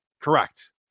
Correct